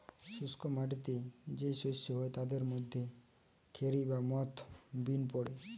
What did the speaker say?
শুষ্ক মাটিতে যেই শস্য হয় তাদের মধ্যে খেরি বা মথ বিন পড়ে